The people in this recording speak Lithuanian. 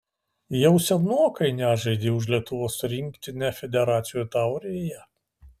jau senokai nežaidei už lietuvos rinktinę federacijų taurėje